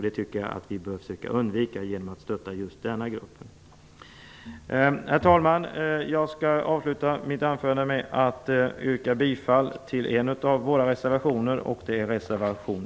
Det tycker jag att vi bör försöka undvika genom att stötta just denna grupp. Herr talman! Jag vill avsluta mitt anförande med att yrka bifall till en av våra reservationer, reservation